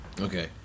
Okay